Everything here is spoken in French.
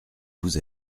vous